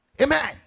amen